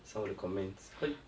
some of the comments how